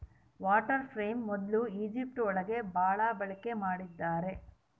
water frame ಮೊದ್ಲು Egypt ಒಳಗ ಭಾಳ ಬಳಕೆ ಮಾಡಿದ್ದಾರೆ